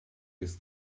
ist